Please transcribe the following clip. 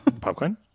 popcorn